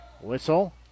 whistle